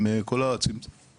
עם כל ההבטחות,